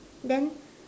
then